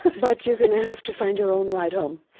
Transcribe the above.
but you're going to have to find your own ride home.